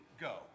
go